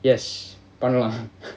yes பண்ணலாம்:pannalam